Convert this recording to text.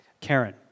Karen